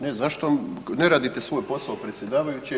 Ne, zašto ne radite svoj posao predsjedavajući